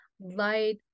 light